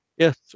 Yes